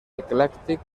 eclèctic